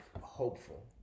hopeful